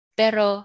pero